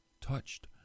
touched